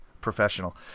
Professional